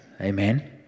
Amen